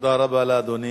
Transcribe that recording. תודה רבה לאדוני.